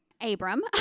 Abram